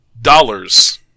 Dollars